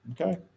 Okay